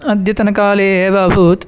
अद्यतनकाले एव अभूत्